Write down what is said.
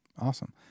Awesome